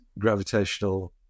gravitational